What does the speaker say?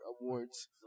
awards